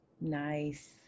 Nice